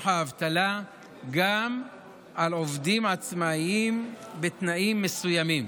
האבטלה גם על עובדים עצמאים בתנאים מסוימים.